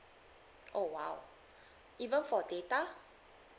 oh !wow! even for data